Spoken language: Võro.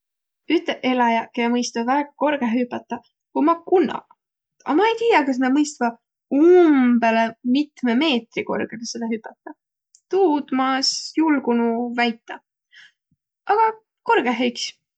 Üteq eläjäq, kiä mõistvaq väega korgõhe hüpätäq, ummaq kunnaq. A ma ei tiiäq, kas nä mõistvaq umbõlõ mitmõ meetri korgusõlõ hüpätäq. Tuud ma es julgunuq väitäq. Aga kotgõhe iks.